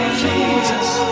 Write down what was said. Jesus